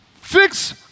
fix